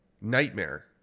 Nightmare